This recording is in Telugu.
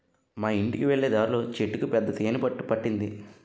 మా యింటికి వెళ్ళే దారిలో చెట్టుకు పెద్ద తేనె పట్టు పట్టింది